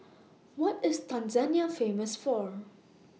What IS Tanzania Famous For